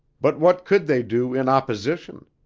but what could they do in opposition?